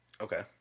Okay